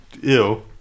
Ew